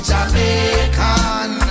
Jamaican